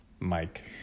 Mike